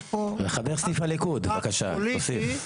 יש פה --- וחבר סניף הליכוד, בבקשה, תוסיף.